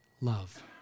love